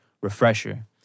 refresher